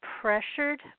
pressured